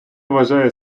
вважає